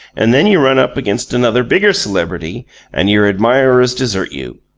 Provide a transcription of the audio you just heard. and then you run up against another bigger celebrity and your admirers desert you.